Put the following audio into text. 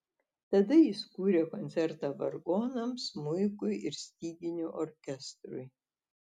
tada jis kūrė koncertą vargonams smuikui ir styginių orkestrui